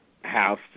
house